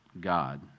God